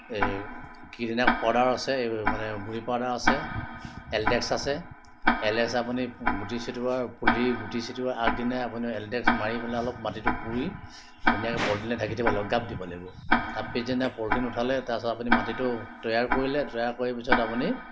আছে এই মানে উঁই পাউডাৰ আছে এল ডেক্স আছে এল ডেক্স আপুনি গুটি ছেটিওৱা পুলি গুটি ছেটিওৱাৰ আগদিনা আপুনি এল ডেক্স মাৰি পেলাই অলপ মাটিটো পুৰি ধুনীয়াকৈ পলিথিনে ঢাকি থব লাগিব গাপ দিব লাগিব তাৰ পিছদিনা পলিথিন উঠালে তাৰপিছত মাটিটো তৈয়াৰ কৰিলে তৈয়াৰ কৰি পিছত আপুনি